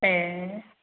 ए